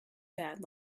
bad